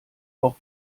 auch